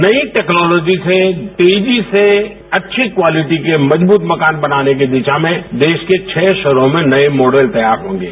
नई टेक्नोलॉजी से तेजी से अच्छी क्वालिटी के मजबूत मकान बनाने की दिशा में देश के छह शहरों में नए मॉडल तैयार हो रहे है